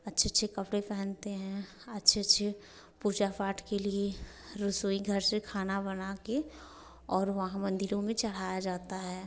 अच्छे अच्छे कपड़े पहनते हैं अच्छे अच्छे पूजा पाठ के लिए रसोईघर से खाना बना के और वहां मंदिरों में चढ़ाया जाता हैं